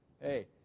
Hey